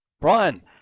Brian